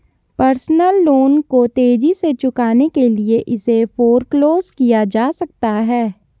personal loan को तेजी से चुकाने के लिए इसे फोरक्लोज किया जा सकता है